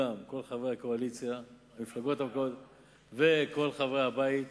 כל חברי הקואליציה וכל חברי הבית,